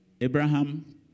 Abraham